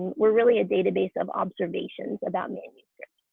we're really a database of observations about manuscripts.